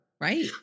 right